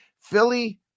Philly